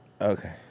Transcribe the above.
Okay